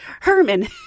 Herman